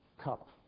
cup